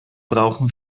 brauchen